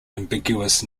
ambiguous